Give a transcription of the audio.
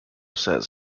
says